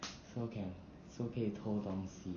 so can so 可以偷东西